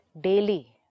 Daily